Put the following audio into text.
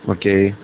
okay